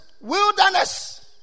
wilderness